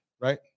right